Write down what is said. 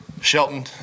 Shelton